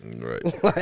Right